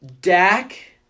Dak